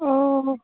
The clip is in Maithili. ओ